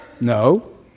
No